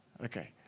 Okay